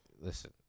Listen